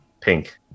pink